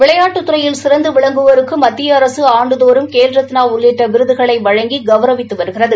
விளையாட்டுத் துறையில் சிறந்து விளங்குவோருக்கு மத்திய அரசு ஆண்டுதோறும் கேல் ரத்னா உள்ளிட்ட விருதுகளை வழங்கி கௌரவித்து வருகிறது